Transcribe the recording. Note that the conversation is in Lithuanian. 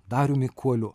dariumi kuoliu